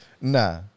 Nah